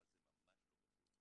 אבל זה ממש לא קשור,